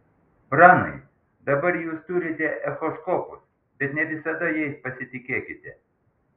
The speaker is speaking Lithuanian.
pranai dabar jūs turite echoskopus bet ne visada jais pasitikėkite